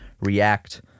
react